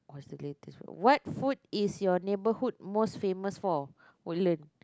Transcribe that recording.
is the latest what food is your neighbourhood most famous for Woodlands